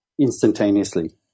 instantaneously